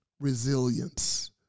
resilience